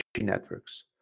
networks